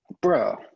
bro